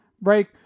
break